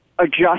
Adjust